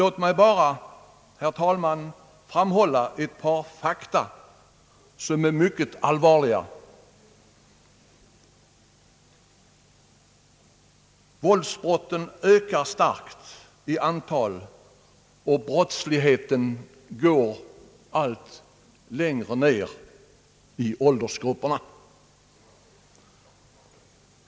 Låt mig bara, herr talman, framhålla ett par fakta som är mycket allvarliga. Våldsbrotten ökar starkt i antal och brottsligheten blir vanligare i allt lägro åldersgrupper.